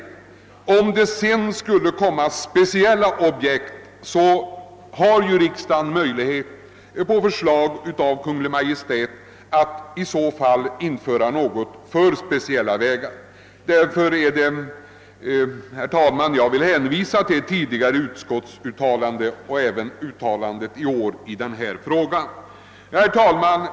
Skulle speciella vägobjekt aktualiseras, har ju riksdagen möjlighet att på förslag av Kungl. Maj:t behandla ett sådant ärende i särskild ordning. Jag vill hänvisa till tidigare utskottsuttalanden och även till uttalanden i år i denna fråga. Herr talman!